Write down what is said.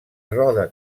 roda